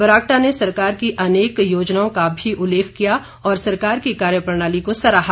बरागटा ने सरकार की अनेक योजनाओं का भी उल्लेख किया और सरकार की कार्यप्रणाली को सराहा